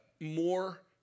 more